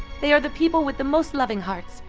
they are the people with the most loving hearts.